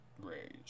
raised